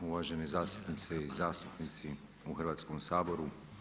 Uvaženi zastupnice i zastupnici u Hrvatskom saboru.